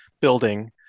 building